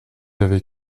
avec